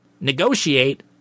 Negotiate